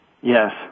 Yes